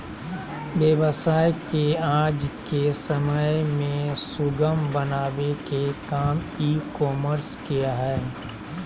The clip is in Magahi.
व्यवसाय के आज के समय में सुगम बनावे के काम ई कॉमर्स के हय